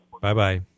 Bye-bye